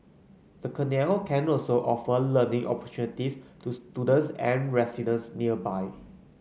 the canal can also offer learning opportunities to students and residents nearby